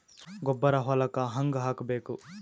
ಗೊಬ್ಬರ ಹೊಲಕ್ಕ ಹಂಗ್ ಹಾಕಬೇಕು?